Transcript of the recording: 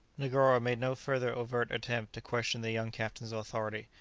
negoro made no further overt attempt to question the young captain's authority,